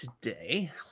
today